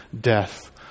death